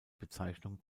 bezeichnung